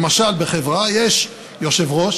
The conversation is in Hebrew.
למשל, בחברה יש יושב-ראש,